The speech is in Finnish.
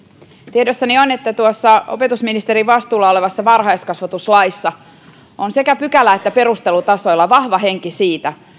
tiedossani on että opetusministerin vastuulla olevassa varhaiskasvatuslaissa on sekä pykälä että perustelutasolla vahva henki siitä